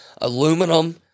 aluminum